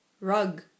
Rug